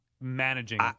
managing